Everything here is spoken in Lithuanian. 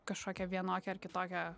kažkokią vienokią ar kitokią